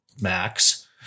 max